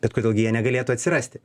bet kodėl gi jie negalėtų atsirasti